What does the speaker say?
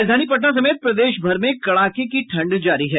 राजधानी पटना समेत प्रदेश भर में कड़ाके की ठंड जारी है